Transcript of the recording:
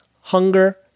hunger